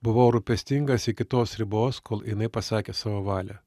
buvau rūpestingas iki tos ribos kol jinai pasakė savo valią